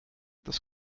des